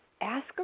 Ask